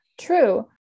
true